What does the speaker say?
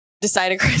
decided